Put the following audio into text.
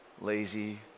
lazy